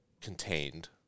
contained